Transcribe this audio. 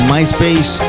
MySpace